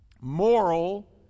Moral